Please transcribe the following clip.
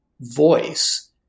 voice